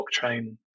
blockchain